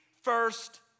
first